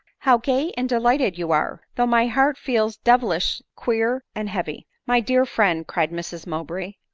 how gay and delighted you are! though my heart feels devilish queer and heavy. my dear friend, cried mrs mowbray,